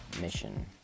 mission